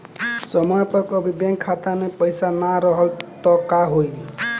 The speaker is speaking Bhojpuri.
समय पर कभी बैंक खाता मे पईसा ना रहल त का होई?